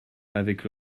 avec